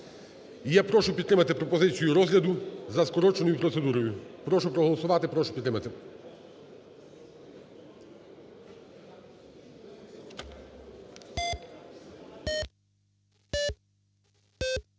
я прошу підтримати пропозицію розгляду за скороченою процедурою. Прошу проголосувати, прошу підтримати.